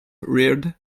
reared